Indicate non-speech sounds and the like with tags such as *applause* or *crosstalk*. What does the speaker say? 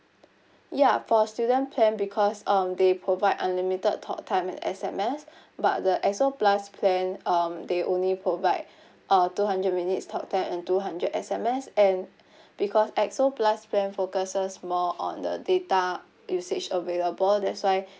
ya for student plan because um they provide unlimited talk time and S_M_S *breath* but the X_O plus plan um they only provide *breath* a two hundred minutes talk time and two hundred S_M_S and *breath* because X_O plus plan focuses more on the data usage available that's why